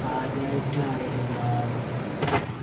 ആദ്യമായിട്ട് ആയിരുന്നോ